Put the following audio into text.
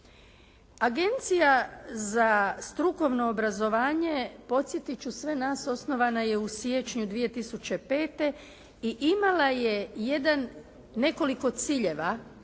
Agencija za strukovno obrazovanje podsjetiti ću sve nas, osnovana je u siječnju 2005. i imala je nekoliko ciljeva